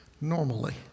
normally